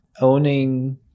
owning